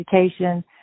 education